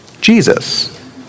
Jesus